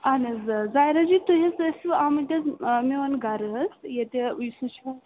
اَہَن حَظ ظایراجی تُہۍ حَظ ٲسِو آمٕتۍ حَظ آ میٛون گرٕٕ حَظ ییٚتہِ یُس یہِ چھُ